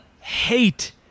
hate